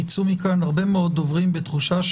ייצאו מכאן הרבה מאוד דוברים בתחושה,